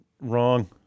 wrong